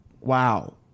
Wow